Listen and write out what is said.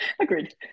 Agreed